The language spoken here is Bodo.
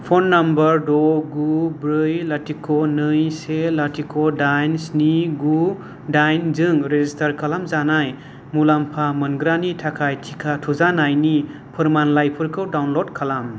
फन नाम्बार द' गु ब्रै लाथिख' नै से लाथिख' दाइन स्नि गु दाइनजों रेजिस्टार खालामजानाय मुलाम्फा मोनग्रानि थाखाय टिका थुजानायनि फोरमानलाइफोरखौ डाउनलड खालाम